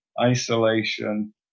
isolation